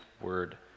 word